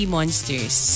Monsters